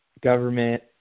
government